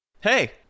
Hey